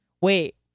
wait